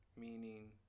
meaning